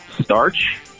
Starch